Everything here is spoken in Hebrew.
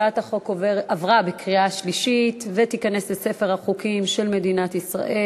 הצעת החוק עברה בקריאה שלישית ותיכנס לספר החוקים של מדינת ישראל.